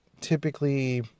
typically